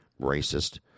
Racist